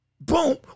boom